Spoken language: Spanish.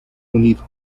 unido